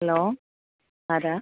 hello ആരാണ്